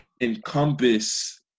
Encompass